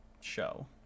show